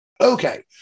Okay